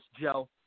joe